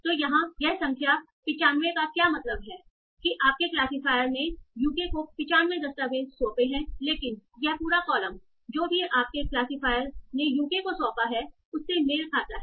तो यह संख्या और 95 का क्या मतलब है कि आपके क्लासिफायर ने यूके को 95 दस्तावेज सौंपे हैं लेकिन यह पूरा कॉलम जो भी आपके क्लासिफायर ने यूके को सौंपा है उससे मेल खाता है